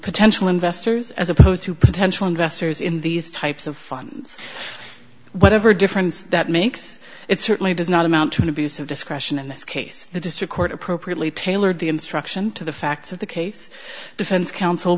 potential investors as opposed to potential investors in these types of fun whatever difference that makes it certainly does not amount to an abuse of discretion in this case the district court appropriately tailored the instruction to the facts of the case defense counsel